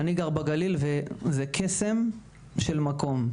אני גר בגליל וזה קסם של מקום.